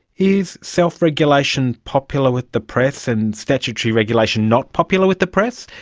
is self-regulation popular with the press, and statutory regulation not popular with the press?